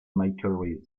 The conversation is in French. michael